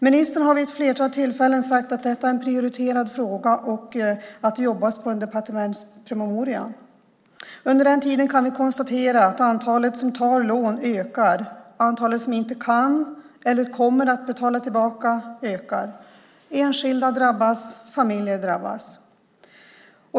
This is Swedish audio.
Ministern har vid ett flertal tillfällen sagt att detta är en prioriterad fråga och att det jobbas på en departementspromemoria. Under tiden kan vi konstatera att antalet som tar lån ökar, antalet som inte kan eller inte kommer att betala tillbaka ökar. Enskilda drabbas. Familjer drabbas.